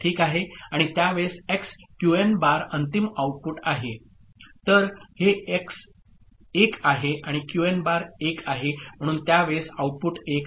आणि त्यावेळेस X Q N bar अंतिम आउटपुट आहे तर हे एक्स 1 आहे आणि क्यूएन बार 1 आहे म्हणून त्यावेळेस आउटपुट 1 आहे